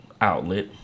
outlet